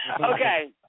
Okay